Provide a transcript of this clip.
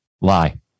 Lie